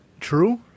true